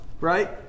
Right